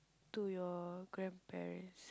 to your grandparents